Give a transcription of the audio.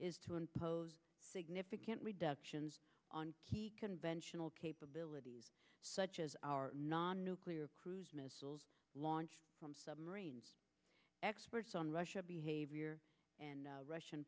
is to impose significant reductions on conventional capabilities such as our non nuclear cruise missiles launched from submarines experts on russia's behavior and russian